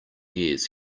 years